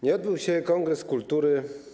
Nie odbył się kongres kultury.